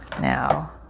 now